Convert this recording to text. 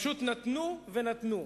פשוט נתנו ונתנו.